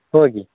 होय की